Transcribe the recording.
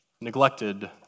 neglected